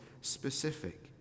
specific